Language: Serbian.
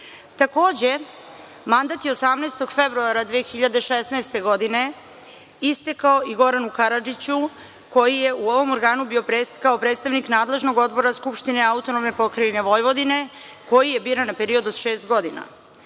mandat je 18. februara 2016. godine istekao i Goranu Karadžiću, koji je u ovom organu bio kao predstavnik nadležnog odbora Skupštine AP Vojvodine, koji je biran na period od šest godina.